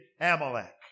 Amalek